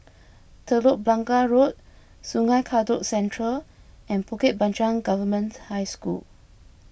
Telok Blangah Road Sungei Kadut Central and Bukit Panjang Government High School